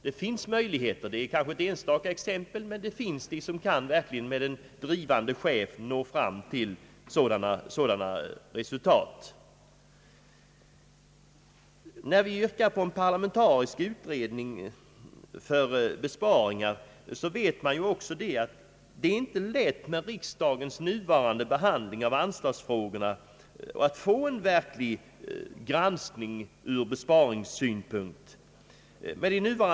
Det finns möjligheter, även om exemplen därpå är få. Ett verk med en driftig chef kan säkert få fram goda resultat genom rationaliseringar. När vi yrkar på en parlamentarisk utredning för besparingar, så vet vi också att det inte är lätt att med riksdagens nuvarande behandling av anslagsfrågorna få en verklig granskning ur besparingsspunkt.